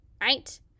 right